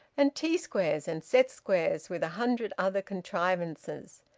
and t-squares and set-squares, with a hundred other contrivances.